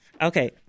Okay